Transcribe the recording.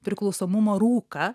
priklausomumo rūką